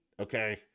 okay